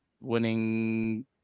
winning